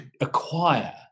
acquire